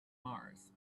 mars